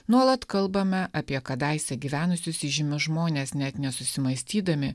nuolat kalbame apie kadaise gyvenusius įžymius žmones net nesusimąstydami